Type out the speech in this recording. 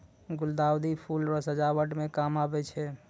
गुलदाउदी फूल रो सजावट मे काम आबै छै